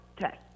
test